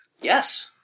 Yes